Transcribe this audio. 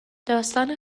داستان